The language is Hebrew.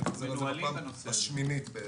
אני חוזר על זה בפעם השמינית בערך.